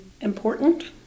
important